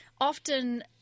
often